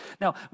Now